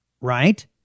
right